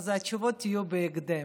התשובות יהיו בהקדם.